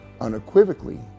unequivocally